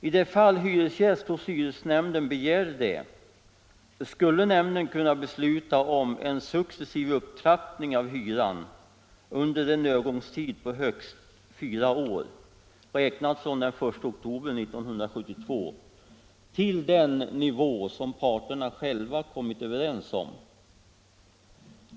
I det fall hyresgäst hos hyresnämnden begärde det, skulle nämnden kunna besluta om en successiv upptrappning av hyran under en övergångstid på högst fyra år, räknat från den 1 oktober 1972, till den nivå som parterna själva kommit överens om.